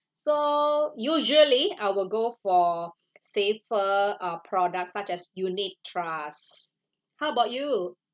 so usually I will go for safer uh products such as unit trusts how about you